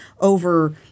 over